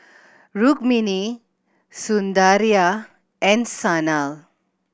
Rukmini Sundaraiah and Sanal